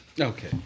Okay